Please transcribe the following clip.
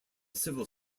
civil